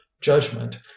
judgment